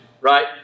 right